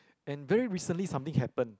and very recently something happened